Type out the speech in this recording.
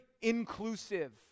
inclusive